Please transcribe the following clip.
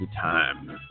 time